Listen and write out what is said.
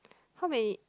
how many